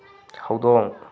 ꯍꯧꯗꯣꯡ